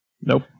Nope